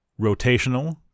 Rotational